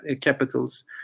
capitals